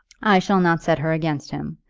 i shall not set her against him.